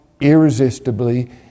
irresistibly